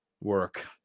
work